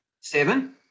seven